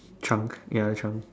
chunk ya the chunk